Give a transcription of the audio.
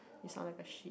is sound like a shit